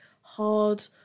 hard